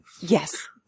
Yes